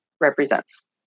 represents